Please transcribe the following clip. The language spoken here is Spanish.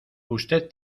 usted